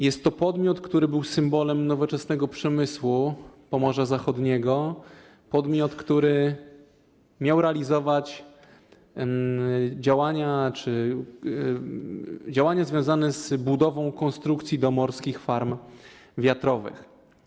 Jest to podmiot, który był symbolem nowoczesnego przemysłu Pomorza Zachodniego, podmiot, który miał realizować działania związane z budową konstrukcji do morskich farm wiatrowych.